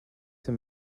him